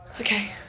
Okay